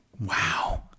Wow